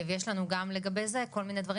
וגם לגבי זה יש לנו כל מיני דברים